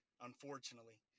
unfortunately